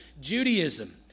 Judaism